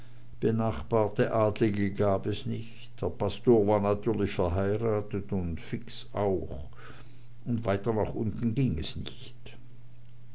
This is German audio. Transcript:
benachbarte adlige gab es nicht der pastor war natürlich verheiratet und fix auch und weiter nach unten ging es nicht